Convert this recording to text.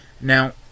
Now